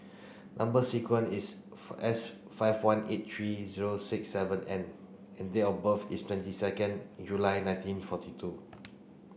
number sequence is S five one eight three zero six seven N and date of birth is twenty second July nineteen forty two